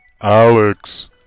Alex